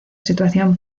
situación